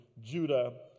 Judah